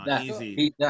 easy